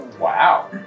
Wow